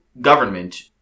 government